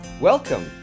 Welcome